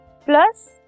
plus